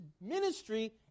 ministry